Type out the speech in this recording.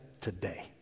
today